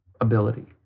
ability